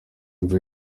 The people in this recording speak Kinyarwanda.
inzu